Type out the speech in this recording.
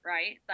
Right